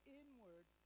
inward